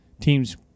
Teams